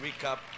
recap